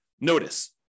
Notice